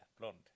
blonde